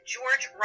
George